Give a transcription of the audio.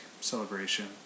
celebration